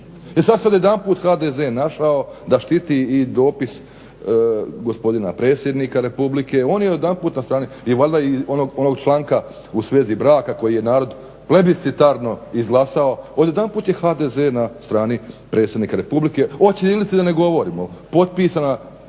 sad se najedanput HDZ našao da štiti i dopis gospodina predsjednika Republike, on je odjedanput na strani i valjda i onog članka u svezi braka koji je narod plebiscitarno izglasao. Odjedanput je HDZ na strani predsjednika Republike. O ćirilici da ne govorimo, potpisano